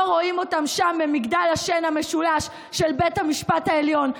לא רואים אותם שם במגדל השן המשולש של בית המשפט העליון.